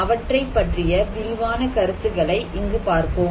அவற்றைப் பற்றிய விரிவான கருத்துகளை இங்கு பார்ப்போம்